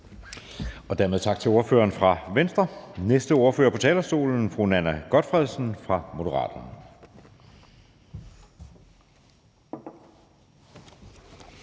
Søe): Tak til ordføreren fra Venstre. Den næste ordfører på talerstolen er fru Nanna W. Gotfredsen fra Moderaterne.